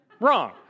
Wrong